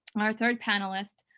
our third panelist,